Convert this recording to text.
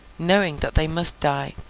knowing that they must die,